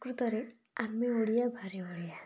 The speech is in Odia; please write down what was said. ପ୍ରକୃତରେ ଆମେ ଓଡ଼ିଆ ଭାରି ବଢ଼ିଆ